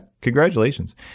congratulations